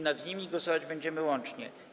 Nad nimi głosować będziemy łącznie.